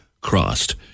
crossed